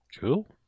Cool